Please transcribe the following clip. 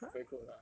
very close ah